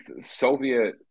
Soviet